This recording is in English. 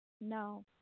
No